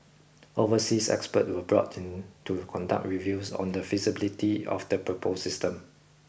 overseas experts were brought in to conduct reviews on the feasibility of the proposed system